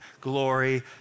glory